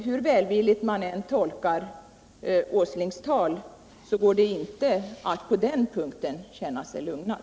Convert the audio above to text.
Hur välvilligt man än tolkar Nils Åslings tal går det inte att på den punkten känna sig lugnad,